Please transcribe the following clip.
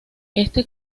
este